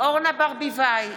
אורנה ברביבאי,